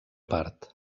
part